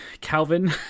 Calvin